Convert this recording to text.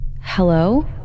Hello